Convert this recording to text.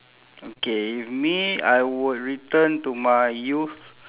okay if me I would return to my youth